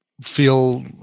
feel